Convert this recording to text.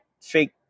fake